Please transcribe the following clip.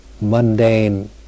mundane